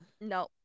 No